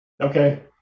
okay